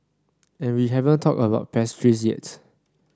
and we haven't talked about pastries yet